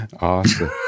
awesome